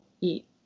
eat